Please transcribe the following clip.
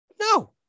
No